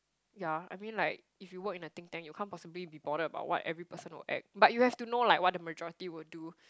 yeah I mean like if you work in a think tank you can't possibly be bothered about what every person will act but you have to know like what the majority would do